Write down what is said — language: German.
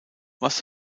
was